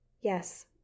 Yes